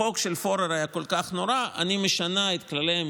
החוק של פורר היה כל כך נורא,